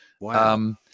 Wow